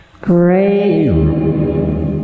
Great